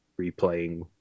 replaying